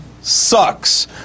sucks